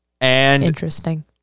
Interesting